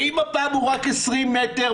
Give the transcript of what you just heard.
ואם הפאב הוא רק של 20 מטרים?